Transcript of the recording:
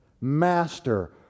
Master